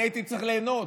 אני הייתי צריך ליהנות,